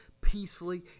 peacefully